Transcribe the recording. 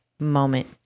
Moment